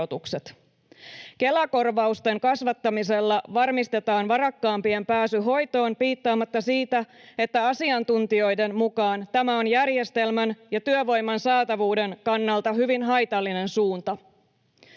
Kela-korvausten kasvattamisella varmistetaan varakkaampien pääsy hoitoon piittaamatta siitä, että asiantuntijoiden mukaan tämä on järjestelmän ja työvoiman saatavuuden kannalta hyvin haitallinen suunta.